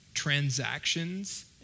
transactions